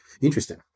Interesting